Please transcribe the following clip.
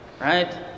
Right